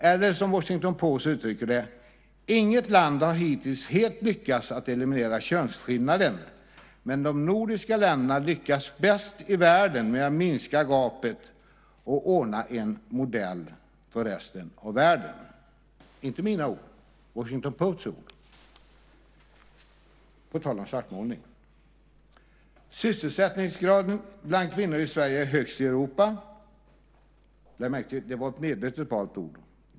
Eller som Washington Post uttrycker det: Inget land har hittills helt lyckats eliminera könsskillnaden, men de nordiska länderna lyckas bäst i världen med att minska gapet och ordna en modell för resten av världen. Det är inte mina ord. Det är Washington Posts ord. På tal om svartmålning. Sysselsättningsgraden bland kvinnor i Sverige är högst i Europa. Det var ett medvetet valt ord.